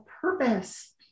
purpose